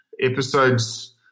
episodes